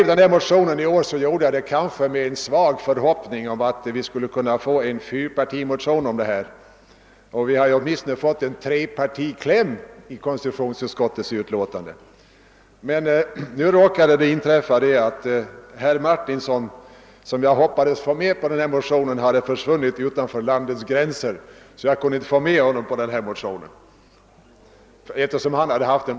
När jag skrev motionen i år gjorde jag det med en förhoppning om att den skulle bli en fyrpartimotion. Vi har ändå fått en trepartikläm i utlåtandet. Nu råkade det bli så att herr Martinsson, som jag hoppades få med på denna motion eftersom han väckte en motion i denna fråga förra året, hade försvunnit utanför landets gränser.